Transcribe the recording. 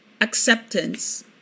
acceptance